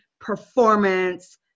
performance